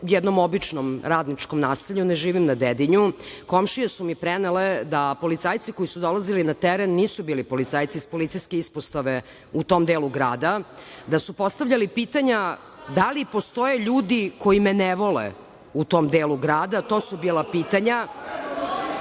jednom običnom radničkom naselju, ne živim na Dedinju. Komšije su mi prenele da policajci koji su dolazili na teren nisu bili policajci iz policijske ispostave u tom delu grada, da su postavljali pitanja – da li postoje ljudi koji me ne vole u tom delu grada, to su bila pitanja. Kada